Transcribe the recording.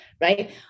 right